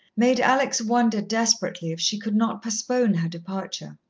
made alex wonder desperately if she could not postpone her departure.